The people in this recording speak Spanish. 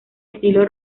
estilo